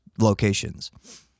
locations